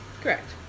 correct